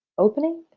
opening?